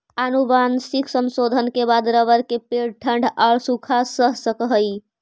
आनुवंशिक संशोधन के बाद रबर के पेड़ ठण्ढ औउर सूखा सह सकऽ हई